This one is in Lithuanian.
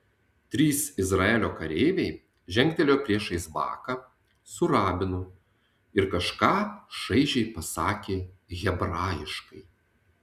trys izraelio kareiviai žengtelėjo priešais baką su rabinu ir kažką šaižiai pasakė hebrajiškai